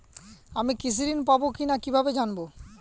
আমি কৃষি ঋণ পাবো কি না কিভাবে জানবো?